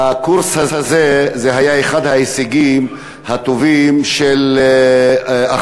הקורס הזה היה אחד ההישגים הטובים אחרי